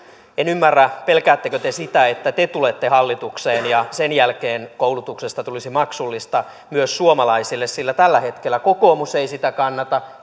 en ymmärrä pelkäättekö te sitä että te tulette hallitukseen ja sen jälkeen koulutuksesta tulisi maksullista myös suomalaisille sillä tällä hetkellä kokoomus ei sitä kannata